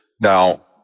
Now